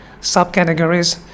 subcategories